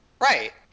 Right